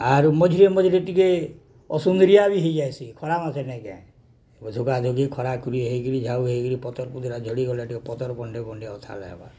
ଆରୁ ମଝିରେ ମଝିରେ ଟିକେ ଅସୁନ୍ଦରିଆ ବି ହେଇଯାଇସି ଖରା ମାସେ ନାଇଁ କେ ଗଛ ଗୁଡ଼ାକ ବି ଖରା ଖୁରି ହେଇକିରି ଝାଉଁ ହେଇକିରି ପତର୍କୁ ପୁତୁରା ଝଡ଼ିଗଲା ଟିକେ ପତର ବଣ୍ଡେ ବଣ୍ଡେ ଗଥା ହବା